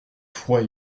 froid